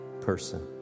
person